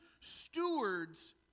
stewards